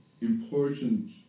important